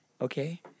Okay